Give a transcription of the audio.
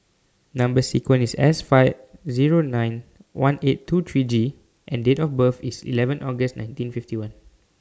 Number sequence IS S five Zero nine one eight two three G and Date of birth IS eleven August nineteen fifty one